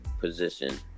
position